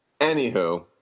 anywho